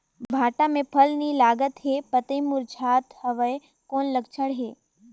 भांटा मे फल नी लागत हे पतई मुरझात हवय कौन लक्षण हे?